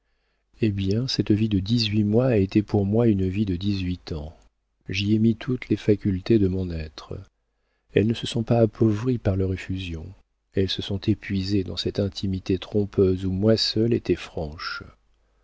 eh bien cette vie de dix-huit mois a été pour moi une vie de dix-huit ans j'y ai mis toutes les facultés de mon être elles ne se sont pas appauvries par leur effusion elles se sont épuisées dans cette intimité trompeuse où moi seule étais franche